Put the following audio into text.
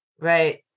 right